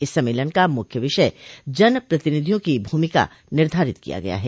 इस सम्मेलन का मुख्य विषय जन प्रतिनिधियों की भूमिका निर्धारित किया गया है